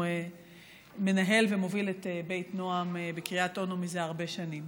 הוא מנהל ומוביל את בית נועם בקריית אונו זה הרבה שנים.